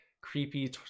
creepy